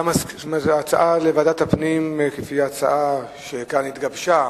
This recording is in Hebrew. זו הצעה לוועדת הפנים, הצעה שהתגבשה